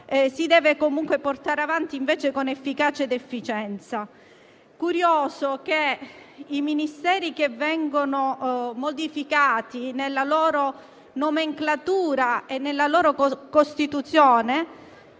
si deve comunque portare avanti con efficacia ed efficienza. Curioso che i Ministeri che vengono modificati nella loro nomenclatura e costituzione